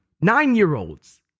Nine-year-olds